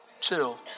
chill